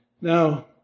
Now